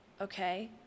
Okay